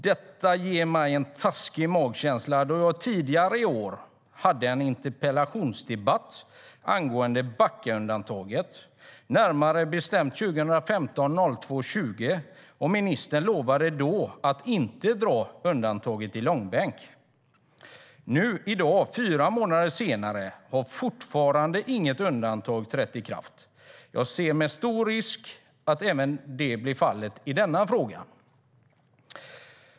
Detta ger mig en taskig magkänsla, då jag tidigare i år hade en interpellationsdebatt angående Backaundantaget, närmare bestämt den 20 februari 2015, och ministern lovade då att inte dra undantaget i långbänk. Nu i dag, fyra månader senare, har fortfarande inget undantag trätt i kraft. Jag ser en stor risk för att det blir fallet även i denna fråga.